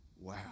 Wow